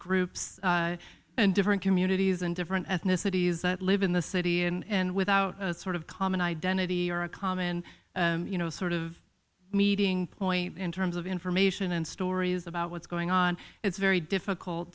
groups and different communities and different ethnicities that live in the city and without sort of common identity or a common you know sort of meeting point in terms of information and stories about what's going on it's very difficult